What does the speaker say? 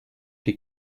die